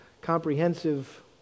comprehensive